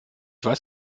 weiß